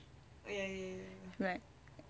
like